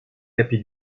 tapis